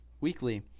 weekly